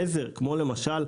גזר כמו למשל,